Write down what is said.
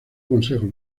consejos